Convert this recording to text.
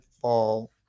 fall